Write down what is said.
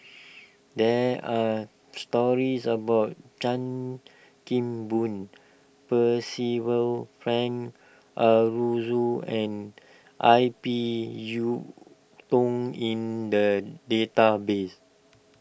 there are stories about Chan Kim Boon Percival Frank Aroozoo and I P Yiu Tung in the database